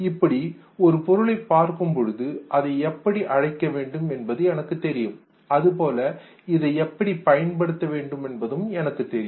இப்படி ஒரு பொருளை பார்க்கும் பொழுது அதை எப்படி அழைக்க வேண்டும் என்பது எனக்கு தெரியும் அதுபோல இதை எப்படி பயன்படுத்த வேண்டும் என்பதும் எனக்கு தெரியும்